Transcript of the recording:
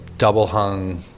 double-hung